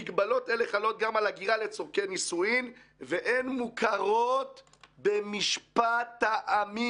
מגבלות אלה חלות גם על הגירה לצורכי נישואין והן מוכרות במשפט העמים".